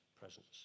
presence